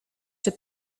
czy